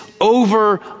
over